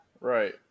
Right